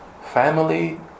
family